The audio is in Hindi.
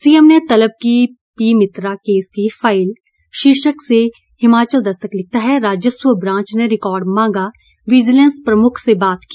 सीएम ने तलब की मित्रा केस की फाईल शीर्षक से हिमाचल दस्तक लिखता है राजस्व ब्रांच से रिकॉर्ड मांगा विजिलेंस प्रमुख से बात की